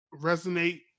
resonate